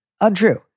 Untrue